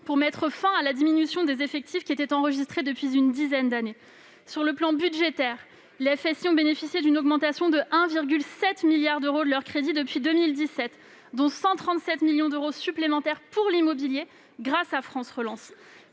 et mettra fin à la diminution des effectifs qui a été enregistrée depuis une dizaine d'années. Sur le plan budgétaire, les forces de sécurité intérieure (FSI) ont bénéficié d'une augmentation de 1,7 milliard d'euros de crédits depuis 2017, dont 137 millions d'euros supplémentaires pour l'immobilier, grâce au plan France Relance.